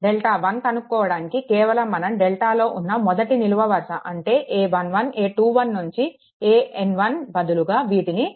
delta one కనుక్కోవడానికి కేవలం మనం డెల్టాలో ఉన్న మొదటి నిలువు వరుస అంటే a11 a21 నుంచి an1 బదులుగా వీటిని b1 b2